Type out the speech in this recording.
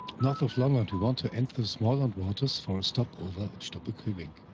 north of lolland we want to enter the smalands waters for a stopover at stubbekoping.